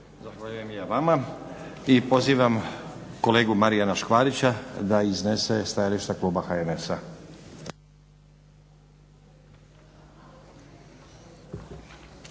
Zahvaljujem i ja vama i pozivam kolegu Marjana Škvarića da iznese stajalište kluba HNS-a.